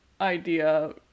idea